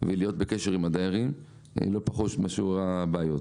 ולהיות בקשר עם הדיירים לא פחות מאשר הבעיות.